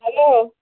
hello